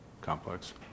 complex